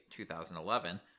2011